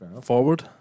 Forward